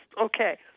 okay